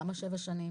למה שבע שנים?